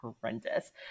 horrendous